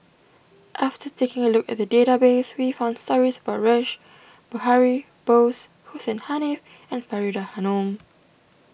after taking a look at the database we found stories about Rash Behari Bose Hussein Haniff and Faridah Hanum